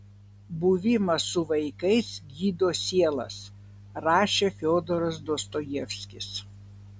buvimas su vaikais gydo sielas rašė fiodoras dostojevskis